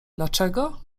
dlaczego